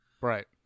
Right